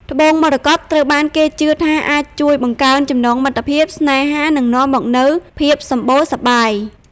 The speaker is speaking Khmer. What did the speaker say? ត្បូងមរកតត្រូវបានគេជឿថាអាចជួយបង្កើនចំណងមិត្តភាព ស្នេហា និងនាំមកនូវភាពសម្បូរសប្បាយ។